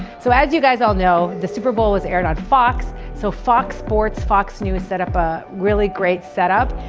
so as you guys all know, the super bowl was aired on fox. so fox sports, fox news, set up a really great set up.